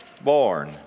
born